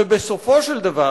ובסופו של דבר,